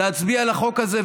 להצביע על החוק הזה,